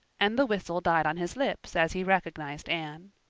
and the whistle died on his lips as he recognized anne.